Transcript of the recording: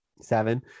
seven